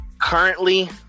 currently